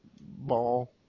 ball